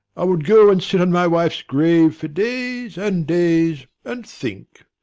i would go and sit on my wife's grave for days and days and think.